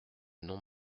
nom